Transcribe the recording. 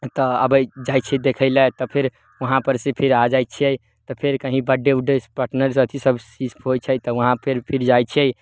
तऽ अबै जाइ छियै देखै लए तऽ फेर वहाँ पर से फिर आ जाइ छियै तऽ फेर कहीँ पर बड्डे उड्डे पर्सनल अथी सब होइ छै तऽ वहाँ फेर फिर जाइ छिअय